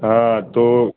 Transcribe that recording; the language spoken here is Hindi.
हाँ तो